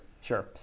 sure